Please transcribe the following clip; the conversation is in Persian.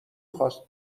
خواست